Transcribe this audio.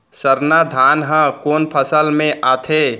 सरना धान ह कोन फसल में आथे?